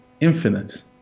infinite